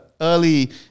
early